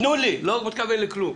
תנו לי, לא מתכוון לכלום.